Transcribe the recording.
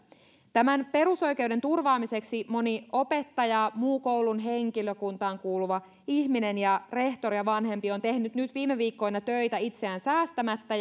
tämän perusoikeuden turvaamiseksi moni opettaja muu koulun henkilökuntaan kuuluva ihminen ja rehtori ja vanhempi on tehnyt nyt viime viikkoina töitä itseään säästämättä